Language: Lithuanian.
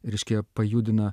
reiškia pajudina